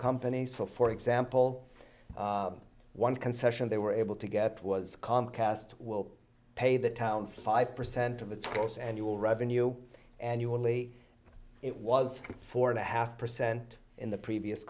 companies for for example one concession they were able to get was comcast will pay the town five percent of its course and you will revenue annually it was four and a half percent in the previous